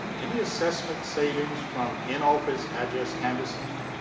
any assessment savings from in-office address canvassing?